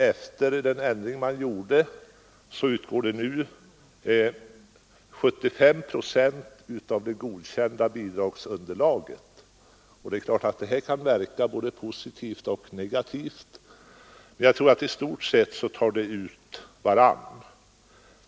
Efter den ändring som företagits utgår det 75 procent av det godkända bidragsunderlaget. Detta kan verka både positivt och negativt, men jag tror att det i stort sett går på ett ut.